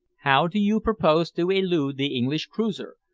how do you propose to elude the english cruiser?